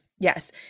Yes